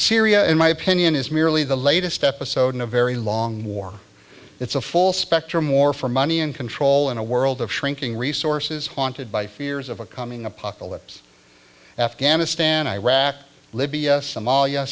syria in my opinion is merely the latest episode in a very long war it's a full spectrum more for money and control in a world of shrinking resources haunted by fears of a coming apocalypse afghanistan iraq libya somalia